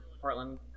Portland